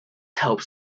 helps